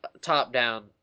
top-down